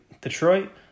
Detroit